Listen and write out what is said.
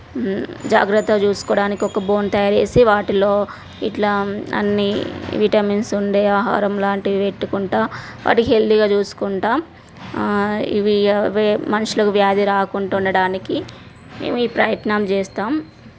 జాగ్రత్తగా చూసుకోడానికి ఒక బోన్ తయారుచేసి వాటిలో ఇట్లా అన్నీ విటమిన్స్ ఉండే ఆహారం లాంటివి పెట్టుకుంటూ వాటిని హెల్దీగా చూసుకుంటూ ఇవి అవే మనుషులకి వ్యాధి రాకుండా ఉండటానికి మేము ఈ ప్రయత్నం చేస్తాము